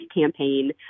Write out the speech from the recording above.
campaign